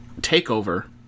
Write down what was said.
TakeOver